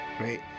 Right